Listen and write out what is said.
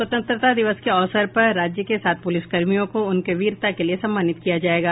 स्वतंत्रता दिवस के अवसर पर राज्य के सात पुलिसकर्मियों को उनके वीरता के लिए सम्मानित किया जायेगा